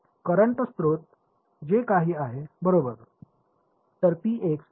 current स्रोत जे काही आहे बरोबर